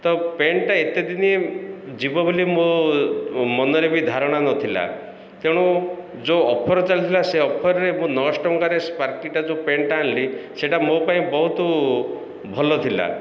ତ ପ୍ୟାଣ୍ଟଟା ଏତେ ଦିନି ଯିବ ବୋଲି ମୋ ମନରେ ବି ଧାରଣା ନଥିଲା ତେଣୁ ଯେଉଁ ଅଫର୍ ଚାଲିଥିଲା ସେ ଅଫର୍ରେ ମୁଁ ନଅଶହ ଟଙ୍କାରେ ସ୍ପାର୍କିଟା ଯେଉଁ ପ୍ୟାଣ୍ଟଟା ଆଣିଲି ସେଇଟା ମୋ ପାଇଁ ବହୁତ ଭଲ ଥିଲା